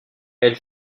elle